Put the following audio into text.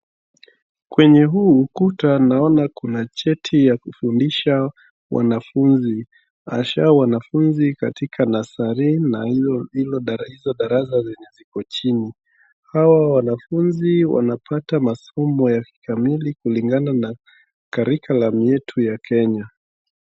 Kwenye huu ukuta naona kuna cheti ya kufundisha wanafunzi hasa wanafunzi katika nursery na hizo darasa zenye ziko chini. Hawa wanafunzi wanapata masomo ya kikamili kulingana na curicullum yetu ya Kenya.